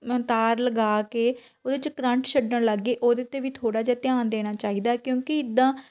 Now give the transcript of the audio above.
ਅ ਤਾਰ ਲਗਾ ਕੇ ਉਹਦੇ 'ਚ ਕਰੰਟ ਛੱਡਣ ਲੱਗ ਗਏ ਉਹਦੇ 'ਤੇ ਵੀ ਥੋੜ੍ਹਾ ਜਿਹਾ ਧਿਆਨ ਦੇਣਾ ਚਾਹੀਦਾ ਕਿਉਂਕਿ ਇੱਦਾਂ